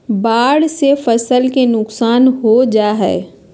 बाढ़ से फसल के नुकसान हो जा हइ